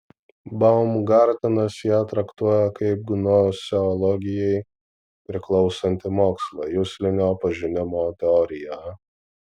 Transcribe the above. baumgartenas ją traktuoja kaip gnoseologijai priklausantį mokslą juslinio pažinimo teoriją